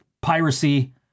piracy